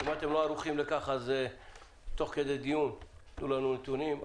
אם אתם לא ערוכים לכך אז תוך כדי דיון תנו לנו נתונים.